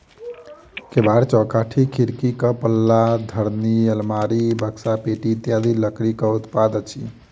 केबाड़, चौखटि, खिड़कीक पल्ला, धरनि, आलमारी, बकसा, पेटी इत्यादि लकड़ीक उत्पाद अछि